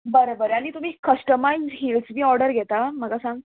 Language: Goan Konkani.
बरें बरें आनी तुमी कस्टमायज हिल्स बी ऑर्डर घेता म्हाका सांग